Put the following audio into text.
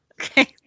okay